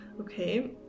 okay